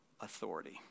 authority